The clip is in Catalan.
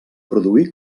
produir